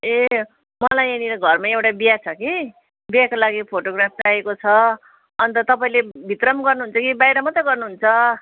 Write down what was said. ए मलाई यहाँनिर घरमा एउटा बिहा छ कि बिहाको लागि फोटोग्राफ चाहिएको छ अन्त तपाईँले भित्र पनि गर्नु हुन्छ कि बाहिर मात्रै गर्नुहुन्छ